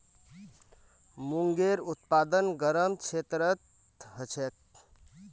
मूंगेर उत्पादन गरम क्षेत्रत ह छेक